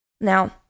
Now